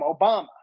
Obama